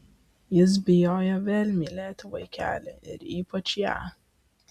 jis bijojo vėl mylėti vaikelį ir ypač ją